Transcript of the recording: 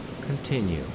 Continue